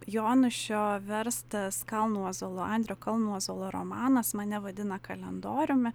jonušio verstas kalnuozuolo andrio kalnuozuolo romanas mane vadina kalendoriumi